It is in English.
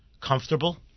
comfortable